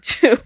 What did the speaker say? two